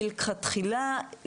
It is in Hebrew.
מלכתחילה,